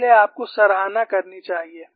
इसलिए आपको सराहना करनी चाहिए